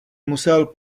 musel